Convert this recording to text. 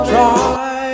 Try